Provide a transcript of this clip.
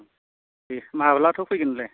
दे माब्लाथो फैगोन नोंलाय